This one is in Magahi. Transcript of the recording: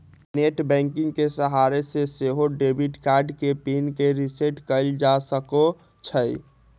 नेट बैंकिंग के सहारे से सेहो डेबिट कार्ड के पिन के रिसेट कएल जा सकै छइ